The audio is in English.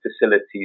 facilities